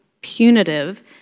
punitive